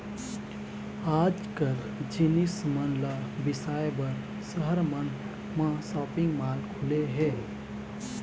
आजकाल जिनिस मन ल बिसाए बर सहर मन म सॉपिंग माल खुले हे